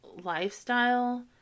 lifestyle